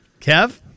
Kev